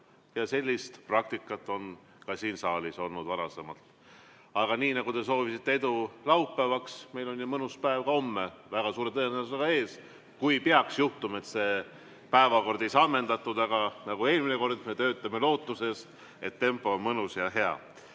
Sellist praktikat on siin saalis olnud ka varem. Te soovisite edu laupäevaks, aga meil on ju mõnus päev ka homme väga suure tõenäosusega ees, kui peaks juhtuma, et päevakord ei saa ammendatud. Aga nagu eelmine kord, me töötame lootuses, et tempo on mõnus ja hea.